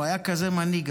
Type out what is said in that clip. הוא היה כזה מנהיג,